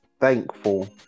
thankful